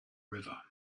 river